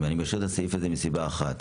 אני משאיר את הסעיף הזה מסיבה אחת.